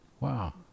Wow